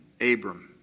Abram